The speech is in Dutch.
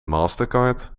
mastercard